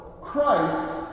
Christ